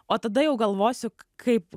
o tada jau galvosiu kaip